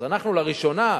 אז אנחנו לראשונה,